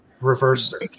Reverse